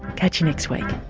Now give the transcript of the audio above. catch you next week